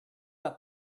got